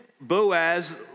Boaz